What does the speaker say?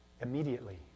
Immediately